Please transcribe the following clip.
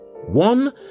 One